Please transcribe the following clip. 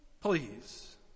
Please